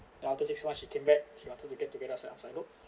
then after six months she came back she wanted to get together so I was like nope